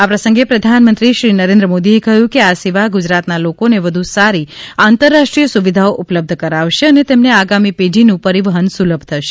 આ પ્રસંગે પ્રધાનમંત્રી શ્રી નરેન્દ્ર મોદીએ કહ્યું કે આ સેવા ગુજરાતના લોકોને વધુ સારી આંતરરાષ્ટ્રીય સુવિધાઓ ઉપલબ્ધ કરાવશે અને તેમને આગામી પેઢીનું પરિવહન સુલભ થશે